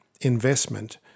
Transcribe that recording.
investment